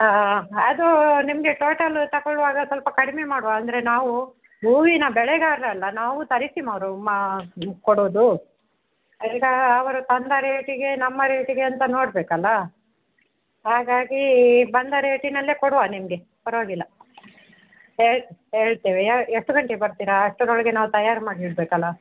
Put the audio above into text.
ಅದು ನಿಮಗೆ ಟೋಟಲ್ಲು ತಗೊಳ್ವಾಗ ಸ್ವಲ್ಪ ಕಡಿಮೆ ಮಾಡುವ ಅಂದರೆ ನಾವು ಹೂವಿನ ಬೆಳೆಗಾರರಲ್ಲ ನಾವು ತರಿಸಿ ಮಾರೋ ಮಾರು ಕೊಡೋದು ಈಗ ಅವರು ತಂದ ರೇಟಿಗೆ ನಮ್ಮ ರೇಟಿಗೆ ಅಂತ ನೋಡಬೇಕಲ್ಲ ಹಾಗಾಗಿ ಬಂದ ರೇಟಿನಲ್ಲೇ ಕೊಡುವ ನಿಮಗೆ ಪರವಾಗಿಲ್ಲ ಹೇಳ್ತೇವೆ ಎಷ್ಟು ಗಂಟೆಗೆ ಬರ್ತೀರಾ ಅಷ್ಟರೊಳಗೆ ನಾವು ತಯಾರು ಮಾಡಿಡಬೇಕಲ್ಲ